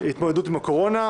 להתמודדות עם הקורונה,